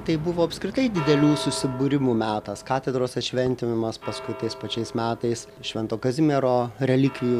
tai buvo apskritai didelių susibūrimų metas katedros atšventinimas paskui tais pačiais metais švento kazimiero relikvijų